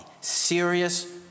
serious